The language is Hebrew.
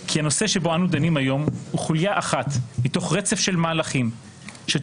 כי הנושא שבו אנו דנים היום הוא חוליה אחת מתוך רצף של מהלכים שתוצאתם